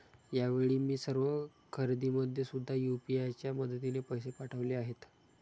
यावेळी मी सर्व खरेदीमध्ये सुद्धा यू.पी.आय च्या मदतीने पैसे पाठवले आहेत